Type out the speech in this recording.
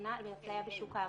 בשנה על אפליה בשוק העבודה.